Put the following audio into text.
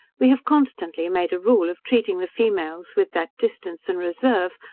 we have constantly made a rule of treating the females with that distance and reserve,